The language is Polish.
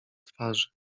twarzy